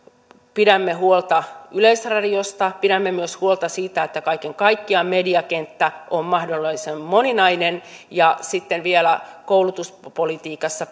pidämme huolta yleisradiosta pidämme myös huolta siitä että kaiken kaikkiaan mediakenttä on mahdollisimman moninainen ja sitten vielä koulutuspolitiikassa